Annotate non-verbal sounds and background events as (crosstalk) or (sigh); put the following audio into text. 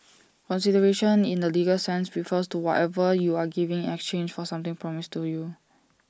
(noise) consideration in the legal sense refers to whatever you are giving in exchange for something promised to you